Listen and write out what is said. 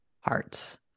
hearts